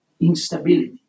instability